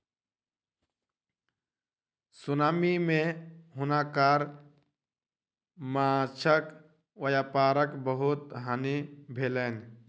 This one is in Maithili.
सुनामी मे हुनकर माँछक व्यापारक बहुत हानि भेलैन